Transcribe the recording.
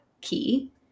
key